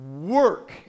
work